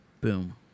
Boom